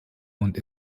und